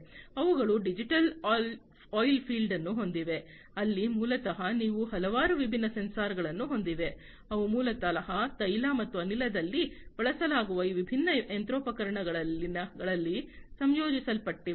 ಅವುಗಳು digital oilfield ಅನ್ನು ಹೊಂದಿವೆ ಅಲ್ಲಿ ಮೂಲತಃ ನೀವು ಹಲವಾರು ವಿಭಿನ್ನ ಸೆನ್ಸರ್ಗಳನ್ನು ಹೊಂದಿದೆ ಅವು ಮೂಲತಃ ತೈಲ ಮತ್ತು ಅನಿಲದಲ್ಲಿ ಬಳಸಲಾಗುವ ಈ ವಿಭಿನ್ನ ಯಂತ್ರೋಪಕರಣಗಳಲ್ಲಿ ನಿಯೋಜಿಸಲ್ಪಟ್ಟಿವೆ